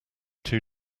two